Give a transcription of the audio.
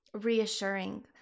reassuring